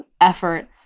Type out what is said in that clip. effort